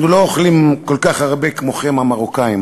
אנחנו לא אוכלים כל כך הרבה כמוכם, המרוקאים.